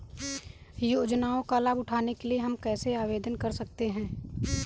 योजनाओं का लाभ उठाने के लिए हम कैसे आवेदन कर सकते हैं?